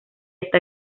está